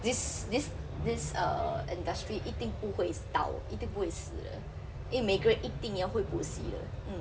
this this this err industry 一定不会倒一定不会死的因为每个人一定要会补习的